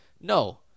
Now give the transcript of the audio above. No